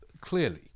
clearly